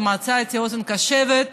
ומצאתי אצלם אוזן קשבת.